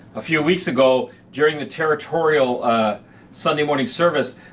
a few weeks ago during the territorial sunday morning service,